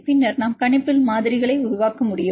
பின்னர் நாம் கணிப்பில் மாதிரிகள் உருவாக்க முடியும்